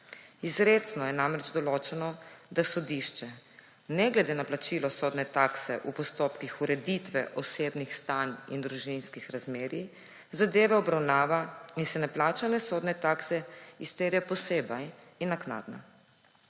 Izrecno je namreč določeno, da sodišče, ne glede na plačilo sodne takse, v postopkih ureditve osebnih stanj in družinskih razmerij zadeve obravnava in se neplačane sodne takse izterja posebej in naknadno.